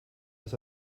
was